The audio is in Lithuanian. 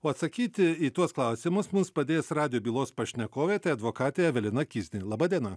o atsakyti į tuos klausimus mums padės radijo bylos pašnekovė tai advokatė evelina kiznė laba diena